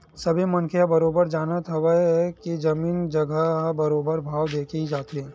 सबे मनखे ह बरोबर जानत हवय के जमीन जघा ह बरोबर भाव देके ही जाथे